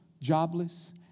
jobless